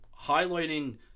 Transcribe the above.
highlighting